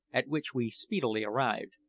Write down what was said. at which we speedily arrived,